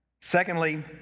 Secondly